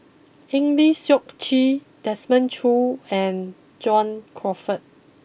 Eng Lee Seok Chee Desmond Choo and John Crawfurd